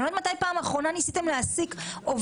אני לא יודעת מתי פעם ניסיתם להשיג עובד,